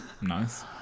Nice